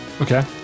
Okay